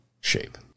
shape